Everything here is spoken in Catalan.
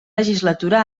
legislatura